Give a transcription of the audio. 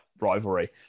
rivalry